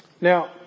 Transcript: Now